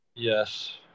Yes